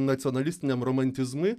nacionalistiniam romantizmui